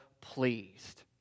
pleased